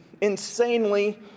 insanely